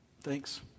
Thanks